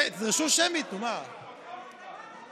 תדרשו שמית, נו, מה.